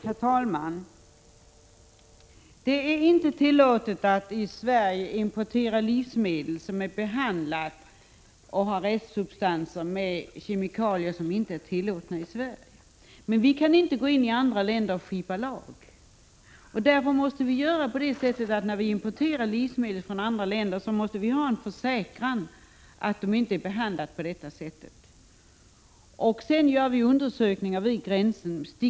Herr talman! Det är inte tillåtet att till Sverige importera livsmedel som är behandlade med eller innehåller restsubstanser av kemikalier som är förbjudna i Sverige. Men vi kan inte stifta lag i andra länder. Därför måste vi vid import från dessa ha en försäkran om att produkterna inte är behandlade på det sätt jag nämnde. Dessutom gör vi stickprovsundersökningar vid gränserna.